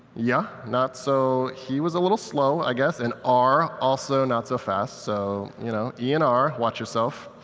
yeah, not so he was a little slow, i guess, and r also not so fast. so you know e and r, watch yourself.